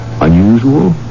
Unusual